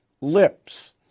lips